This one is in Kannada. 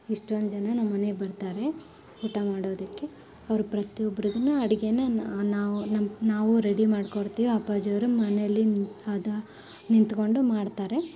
ಇಷ್ಟೊಂದು ಜನ ನಮ್ಮ ಮನೆಗೆ ಬರ್ತಾರೆ ಊಟ ಮಾಡೋದಕ್ಕೆ ಅವ್ರು ಪ್ರತಿಯೊಬ್ರಿಗೂ ಅಡುಗೆನ ನಾವು ನಮ್ಮ ನಾವೂ ರೆಡಿ ಮಾಡ್ಕೊಡ್ತೀವಿ ಅಪ್ಪಾಜಿ ಅವರು ಮನೆಯಲ್ಲಿ ಅದು ನಿಂತ್ಕೊಂಡು ಮಾಡ್ತಾರೆ